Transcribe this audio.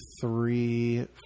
three